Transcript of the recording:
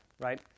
Right